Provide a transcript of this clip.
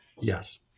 yes